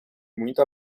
muito